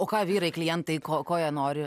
o ką vyrai klientai ko ko jie nori